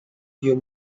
you